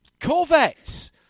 Corvettes